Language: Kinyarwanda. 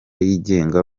yigenga